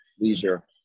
Leisure